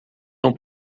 não